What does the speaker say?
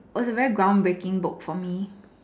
it was a very ground breaking book for me